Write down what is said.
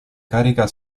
carica